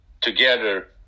together